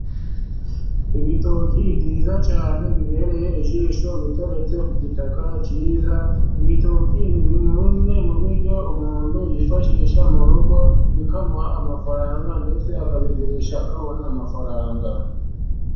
Ibitoki byiza cyane bibereye ijisho, biteretse ku gitaka cyiza; ibitoki ni bimwe mu biryo umuntu yifashisha mu rugo, bikamuha amafaranga ndetse akabigurisha akabona amafaranga.